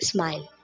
Smile